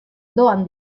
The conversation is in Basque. doan